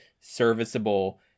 serviceable